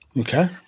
Okay